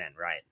right